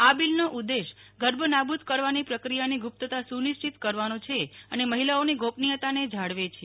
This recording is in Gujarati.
આ બિલનો ઉદેશ ગર્ભ નાબુદ કરવાની પ્રક્રિયાની ગુપ્તતા સુનિશ્ચિત કરવાનો છે અને મહિલાઓની ગોપનીયતાને જાળવે છે